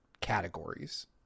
categories